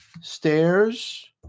stairs